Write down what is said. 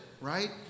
right